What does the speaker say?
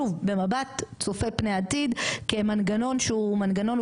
שוב במבט צופה פני עתיד כמנגנון שהוא מנגנון,